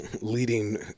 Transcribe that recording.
leading